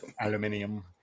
Aluminium